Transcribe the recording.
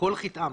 שכל חטאם